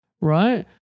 right